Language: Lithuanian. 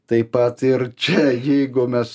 taip pat ir čia jeigu mes